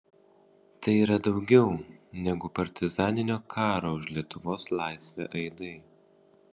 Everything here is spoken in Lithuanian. tai yra daugiau negu partizaninio karo už lietuvos laisvę aidai